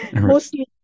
mostly